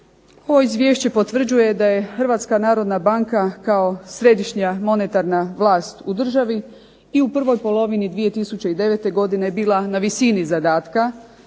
Ovo izvješće potvrđuje da je Hrvatska narodna banka kao središnja monetarna vlast u državi i u prvoj polovini 2009. godine bila na visini zadatka,